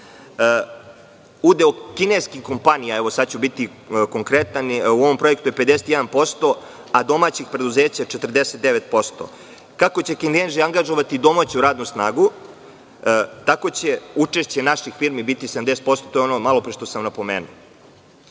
Udeo kineskih kompanija, sada ću biti konkretan, u ovom projektu je 51%, a domaćih preduzeća 49%. Kako će Kinezi angažovati domaću radnu snagu, tako će učešće naših formi biti 70%, to je ono malopre što sam napomenuo. Inače,